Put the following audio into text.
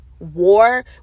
War